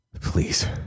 Please